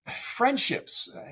friendships